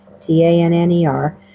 T-A-N-N-E-R